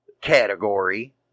category